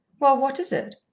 well, what is it?